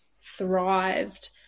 thrived